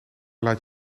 laat